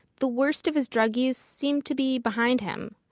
the worst of his drug use seemed to be behind him.